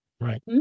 Right